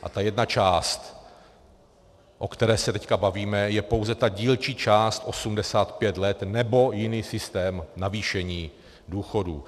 A ta jedna část, o které se teď bavíme, je pouze ta dílčí část 85 let, nebo jiný systém navýšení důchodů.